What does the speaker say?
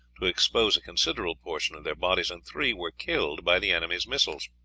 to expose a considerable portion of their bodies, and three were killed by the enemy's missiles.